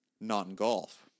non-golf